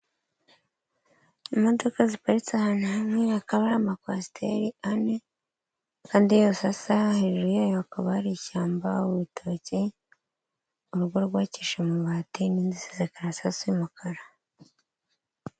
Imodoka ziparitse ahantu hamwe, hakaba hari amakwasiteri ane kandi yose asa, hejuru yayo hakaba ari ishyamba, ibitoki, urugo rwubakishije amabati n'inzu isize karabasasa y'umukara.